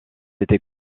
été